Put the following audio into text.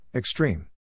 Extreme